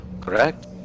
correct